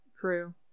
true